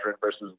versus